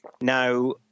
Now